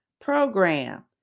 program